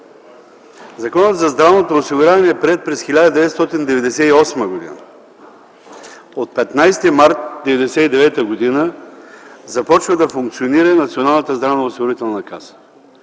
Законът за здравното осигуряване е приет през 1998 г. От 15 март 1999 г. започва да функционира Националната здравноосигурителна каса.